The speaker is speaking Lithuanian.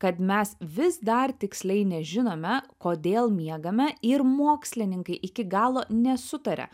kad mes vis dar tiksliai nežinome kodėl miegame ir mokslininkai iki galo nesutaria